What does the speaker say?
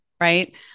right